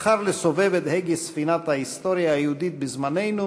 בחר לסובב את הגה ספינת ההיסטוריה היהודית בזמננו